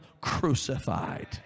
crucified